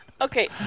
Okay